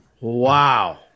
Wow